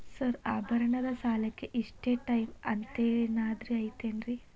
Sir ಆಭರಣದ ಸಾಲಕ್ಕೆ ಇಷ್ಟೇ ಟೈಮ್ ಅಂತೆನಾದ್ರಿ ಐತೇನ್ರೇ?